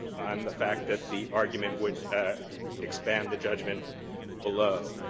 on the fact that the argument would expand the judgment below,